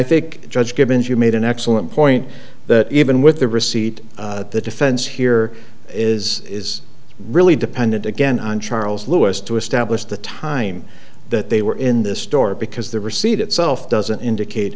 the judge given as you made an excellent point that even with the receipt the defense here is is really dependent again on charles lewis to establish the time that they were in this store because the receipt itself doesn't indicate